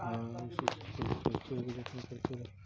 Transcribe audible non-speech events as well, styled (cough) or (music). (unintelligible)